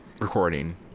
recording